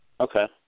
Okay